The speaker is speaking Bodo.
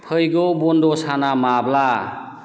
फैगौ बन्द' साना माब्ला